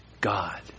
God